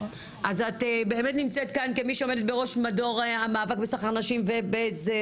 אז את באמת נמצאת כאן כמי שעומדת בראש מדור המאבק בסחר נשים ובזנות.